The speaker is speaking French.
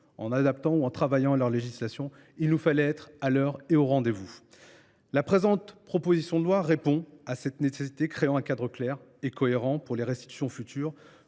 en adaptant ou en travaillant à leur législation. Il nous fallait être à l’heure et au rendez vous. La présente proposition de loi y répond, en créant un cadre clair et cohérent pour les restitutions futures,